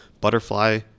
butterfly